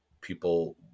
people